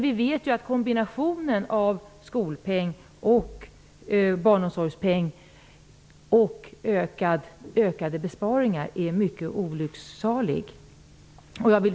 Vi vet att kombinationen av skolpeng och barnomsorgspeng och ökade besparingar är mycket olycksalig.